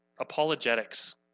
apologetics